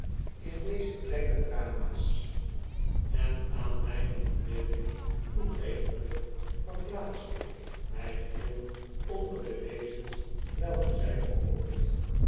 in deze kleine drama's en aan mijne verbeelding toegevende verplaats ik mij geheel onder de wezens welke zjj oproept